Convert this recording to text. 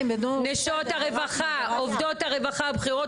נשות הרווחה עובדות הרווחה הבכירות,